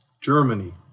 Germany